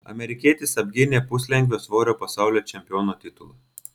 amerikietis apgynė puslengvio svorio pasaulio čempiono titulą